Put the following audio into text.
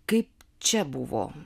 kaip čia buvo